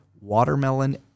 watermelon